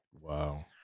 Wow